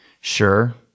Sure